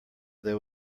there